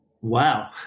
Wow